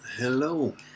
Hello